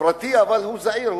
פרטי אבל הוא זעיר,